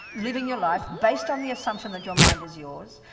living your life based on the assumption that your mind is yours,